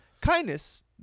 kindness